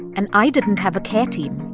and i didn't have a care team